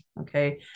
Okay